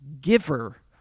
giver